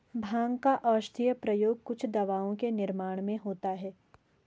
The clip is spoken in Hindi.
भाँग का औषधीय प्रयोग कुछ दवाओं के निर्माण में होता है